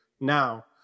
Now